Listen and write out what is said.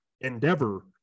Endeavor